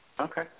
okay